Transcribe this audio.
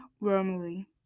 warmly